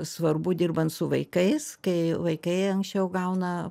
svarbu dirbant su vaikais kai vaikai anksčiau gauna